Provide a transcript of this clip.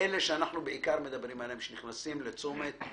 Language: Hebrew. --- מה שאני מנסה לומר הוא שיכול להיות שיש אכיפה יותר